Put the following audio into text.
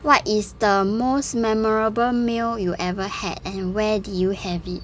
what is the most memorable meal you ever had and where did you have it